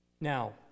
Now